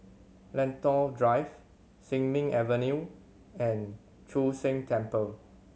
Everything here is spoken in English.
Lentor Drive Sin Ming Avenue and Chu Sheng Temple